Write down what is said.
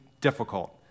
difficult